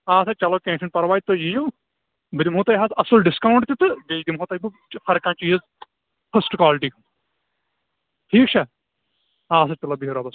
آ سا چلو کیٚنٛہہ چھُنہٕ پرواے تُہۍ یِیِو بہٕ دِمٕہو تۅہہِ حظ اَصٕل ڈِسکاوُنٛٹ تہِ تہٕ بیٚیہِ دِمٕہو تۅہہِ بہٕ ہر کانٛہہ چیٖز فٔسٹ کالٹی ٹھیٖک چھا اَدٕ سا چلو بہِو رۅبس حوالہٕ